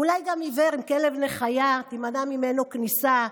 אולי גם עיוור עם כלב נחייה תימנע ממנו כניסה,